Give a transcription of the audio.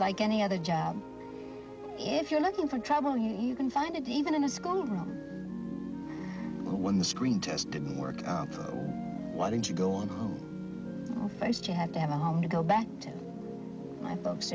like any other job if you're looking for trouble you can find it even in a school room when the screen test didn't work why didn't you go and i used to have to have a home to go back to my books